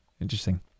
Interesting